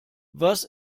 was